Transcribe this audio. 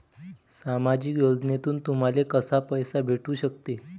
सामाजिक योजनेतून तुम्हाले कसा पैसा भेटू सकते?